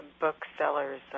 Booksellers